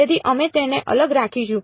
તેથી અમે તેને અલગ રાખીશું